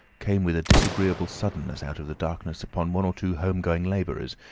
came with a disagreeable suddenness out of the darkness upon one or two home-going labourers,